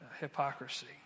hypocrisy